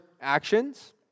actions